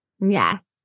Yes